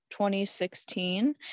2016